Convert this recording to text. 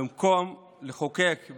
במקום לחוקק,